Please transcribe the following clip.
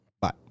Bye